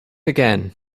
again